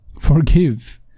Forgive